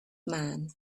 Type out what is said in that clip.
man